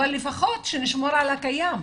אבל לפחות שנשמור על הקיים.